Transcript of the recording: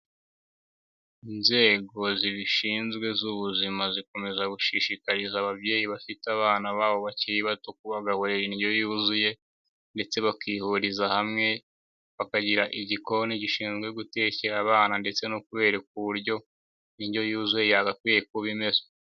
Inzego zibishinzwe z'ubuzima zikomeza gushishikariza ababyeyi bafite abanabo bakiri bato kubagaburira indyo yuzuye ndetse bakihuriza hamwe bakagira igikoni gishinzwe gutekera abana ndetse no kubereka uburyo indyo yuzuye yagakwiye kuba imeze.